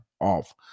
off